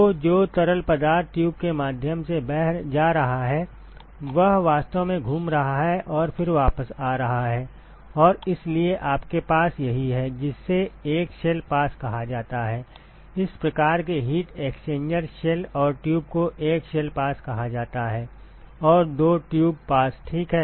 तो जो तरल पदार्थ ट्यूब के माध्यम से जा रहा है वह वास्तव में घूम रहा है और फिर वापस आ रहा है और इसलिए आपके पास यही है जिसे एक शेल पास कहा जाता है इस प्रकार के हीट एक्सचेंजर शेल और ट्यूब को एक शेल पास कहा जाता है और दो ट्यूब पास ठीक है